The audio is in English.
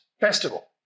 festival